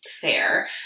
fair